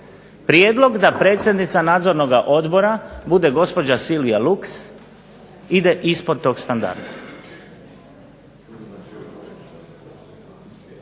Prijedlog da predsjednica Nadzornoga odbora bude gospođa Silvija Luks ide ispod tog standarda.